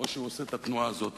האחרון לשתי מטרות.